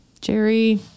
Jerry